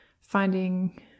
finding